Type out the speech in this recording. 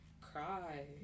cry